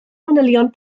manylion